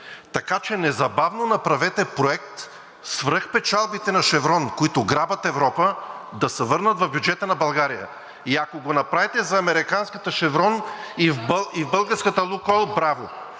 Така че незабавно направете проект свръхпечалбите на „Шеврон“, които грабят Европа, да се върнат в бюджета на България и ако го направите за американската „Шеврон“ и българската „Лукойл“ – браво.